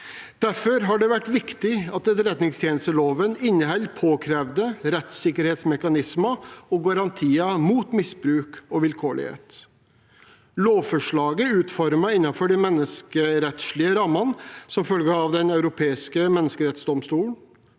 Derfor har det vært viktig at etterretningstjenesteloven inneholder påkrevde rettssikkerhetsmekanismer og garantier mot misbruk og vilkårlighet. Lovforslaget er utformet innenfor de menneskerettslige rammene som følger av Den europeiske menneskerettsdomstol.